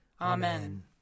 Amen